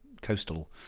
coastal